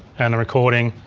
and the recording.